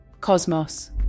Cosmos